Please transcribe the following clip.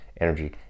energy